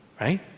right